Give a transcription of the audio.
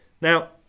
Now